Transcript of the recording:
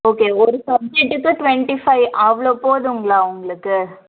okay ஒரு சப்ஜெக்ட்டுக்கு twenty five அவ்வளோ போதுங்களா உங்களுக்கு